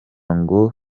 ngo